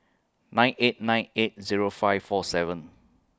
nine eight nine eight Zero five four seven